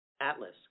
Atlas